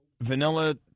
vanilla